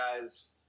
guy's